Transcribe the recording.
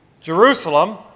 Jerusalem